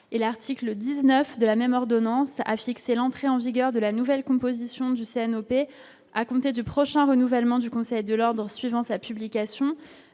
et l'article 19 de la même ordonnance a fixé l'entrée en vigueur de la nouvelle composition du CNO, à compter du prochain renouvellement du Conseil de l'Ordre suivant sa publication,